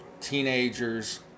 teenagers